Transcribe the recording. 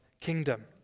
kingdom